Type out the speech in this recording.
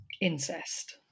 incest